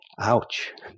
Ouch